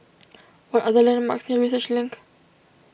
what are the landmarks near Research Link